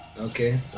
okay